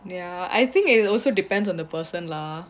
ya I think it it also depends on the person lah